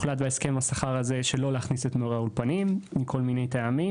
הוחלט בהסכם השכר הזה שלא להכניס את מורי האולפנים מכל מיני טעמים.